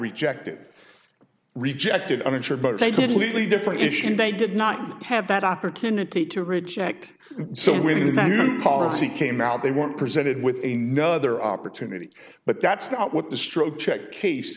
rejected rejected uninsured but they did legally different issue and they did not have that opportunity to reject so when the new policy came out they weren't presented with a no other opportunity but that's not what the stroke check case